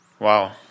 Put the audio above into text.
Wow